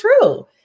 true